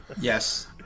Yes